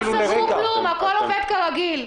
לא סגרו כלום, הכול עובד כרגיל.